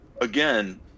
again